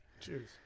Cheers